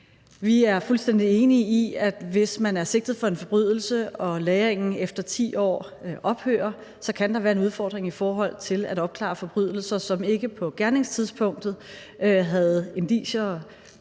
Vi er fuldstændig enige i, at hvis man er sigtet for en forbrydelse og lagringen efter 10 år ophører, kan der være en udfordring i forhold til at opklare forbrydelser, som ikke på gerningstidspunktet havde indicier og beviser